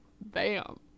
bam